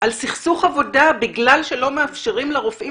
סכסוך עבודה בגלל שלא מאפשרים לרופאים